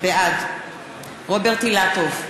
בעד רוברט אילטוב,